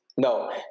No